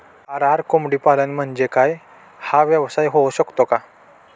RR कोंबडीपालन म्हणजे काय? हा व्यवसाय होऊ शकतो का?